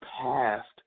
past